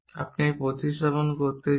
আপনি এটি প্রতিস্থাপন করতে চান